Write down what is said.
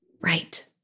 Right